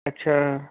ਅੱਛਾ